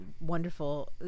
wonderful